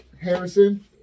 Harrison